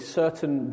certain